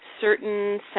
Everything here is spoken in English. certain